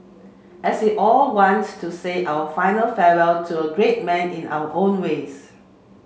as we all wants to say our final farewell to a great man in our own ways